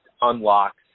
unlocks